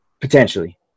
Potentially